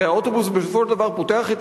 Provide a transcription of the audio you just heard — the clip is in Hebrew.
הרי האוטובוס בסופו של דבר פותח את